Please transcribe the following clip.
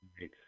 right